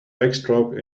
backstroke